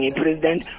president